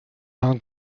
herrn